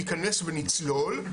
ניכנס ונצלול,